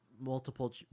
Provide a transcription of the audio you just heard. multiple